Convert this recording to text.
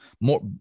More